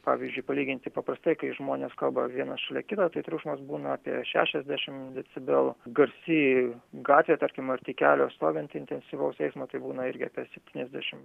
pavyzdžiui palyginti paprastai kai žmonės kalba vienas šalia kito tai triukšmas būna apie šešiasdešimt decibelų garsi gatvė tarkim arti kelio stovint intensyvaus eismo tai būna irgi apie septyniasdešimt